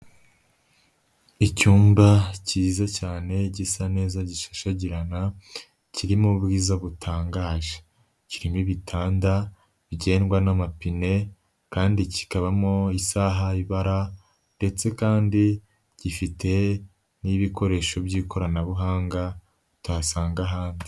Icyumba cyiza cyane gisa neza gishashagirana kirimo ubwiza butangaje. Kirimo ibitanda bigendeshwa n'amapine kandi kikabamo isaha y'ibara ndetse kandi gifite n'ibikoresho by'ikoranabuhanga utasanga ahandi.